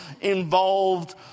involved